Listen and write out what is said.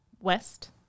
West